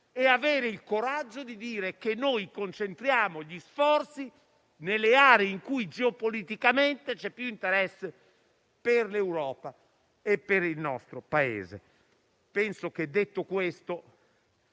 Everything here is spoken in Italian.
e avere il coraggio di dire che noi concentriamo gli sforzi nelle aree in cui geopoliticamente c'è più interesse per l'Europa e per il nostro Paese. Penso che, detto ciò,